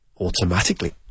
automatically